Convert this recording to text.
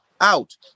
out